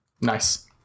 Nice